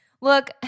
look